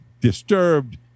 Disturbed